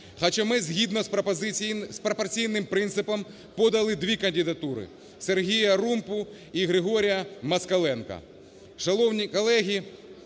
Хоча ми згідно з пропорційним принципом подали дві кандидатури: Сергія Румпу і Григорія Москаленка.